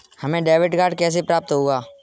हमें debit card कैसे प्राप्त होगा?